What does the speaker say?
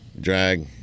drag